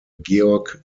georg